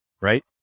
right